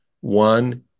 One